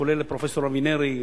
שכולל את פרופסור אבינרי,